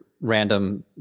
random